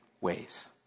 ways